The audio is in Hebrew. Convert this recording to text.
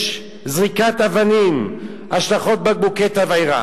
יש זריקת אבנים, השלכת בקבוקי תבערה.